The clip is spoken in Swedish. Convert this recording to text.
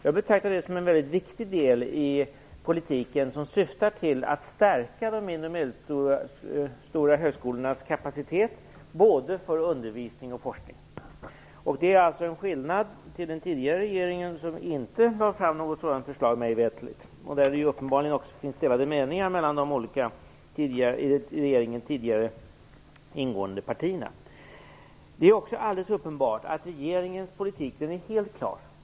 Jag betraktar det som ett mycket viktigt inslag i politiken som syftar till att stärka de mindre och medelstora högskolornas kapacitet både för undervisning och forskning. Det är en skillnad i förhållande till den tidigare regeringen som mig veterligen inte lade fram något sådant förslag. Det är uppenbart att man i de i den tidigare regeringen ingående partierna har delade meningar. Det är också helt uppenbart att regeringens politik är helt klar.